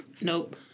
nope